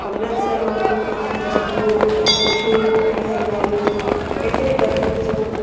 अमृतसर मां बि काफ़ी चुनियूं सुठियूं ऐं कढ़ाई वारियूं एतरे क़द्र जो